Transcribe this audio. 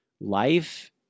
life